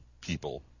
people